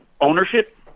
ownership